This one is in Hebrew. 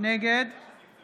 נגד